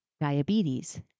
diabetes